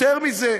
יותר מזה: